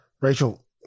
Rachel